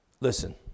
Listen